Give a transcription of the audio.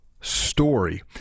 story